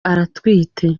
atwite